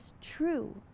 true